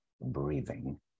breathing